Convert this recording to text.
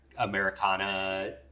americana